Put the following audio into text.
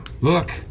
Look